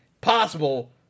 possible